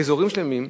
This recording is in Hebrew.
באזורים שלמים,